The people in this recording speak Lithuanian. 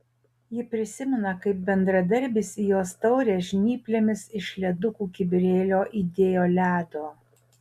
ji prisimena kaip bendradarbis į jos taurę žnyplėmis iš ledukų kibirėlio įdėjo ledo